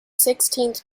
sixteenth